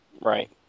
Right